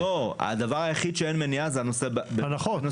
הדבר היחיד שאין מניעה הוא בנושא הנחות.